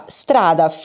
strada